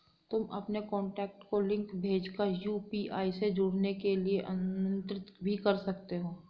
तुम अपने कॉन्टैक्ट को लिंक भेज कर यू.पी.आई से जुड़ने के लिए आमंत्रित भी कर सकते हो